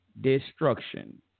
destruction